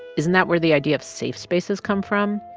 isn't that where the idea of safe spaces come from,